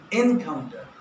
encounter